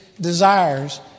desires